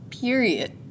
period